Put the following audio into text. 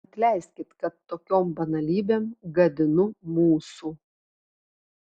atleiskit kad tokiom banalybėm gadinu mūsų